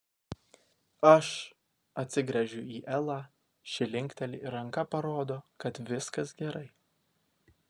aš atsigręžiu į elą ši linkteli ir ranka parodo kad viskas gerai